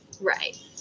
Right